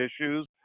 issues